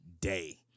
day